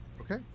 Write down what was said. Okay